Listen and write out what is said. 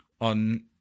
on